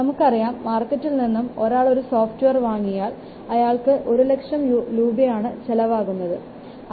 നമുക്കറിയാം മാർക്കറ്റിൽ നിന്ന് ഒരാൾ ഈ സോഫ്റ്റ്വെയർ വാങ്ങിയാൽ അയാൾക്ക് ഒരു ലക്ഷം രൂപയാണ് ചിലവാകുന്നത് അത്